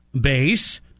base